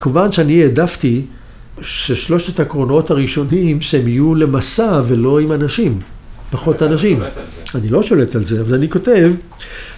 ‫כמובן שאני העדפתי ‫ששלושת הקרונות הראשונים ‫שהם יהיו למשא ולא עם אנשים, ‫פחות אנשים. ‫אני לא שולט על זה, ‫אבל אני כותב...